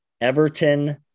Everton